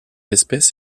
espèce